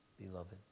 beloved